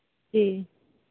जी